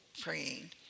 praying